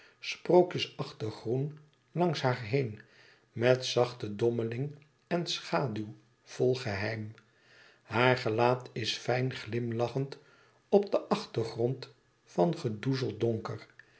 groen langs haar been met zachte dommeling en schaduw vol geheim haar gelaat is fijn glimlachend op den achtergrond van gedoezeld donker